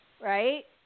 right